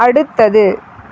அடுத்தது